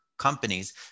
companies